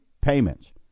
payments